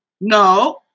no